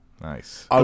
Nice